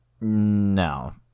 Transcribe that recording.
No